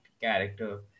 character